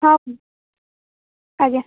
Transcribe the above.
ହଁ ଆଜ୍ଞା